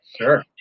Sure